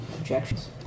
objections